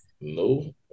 No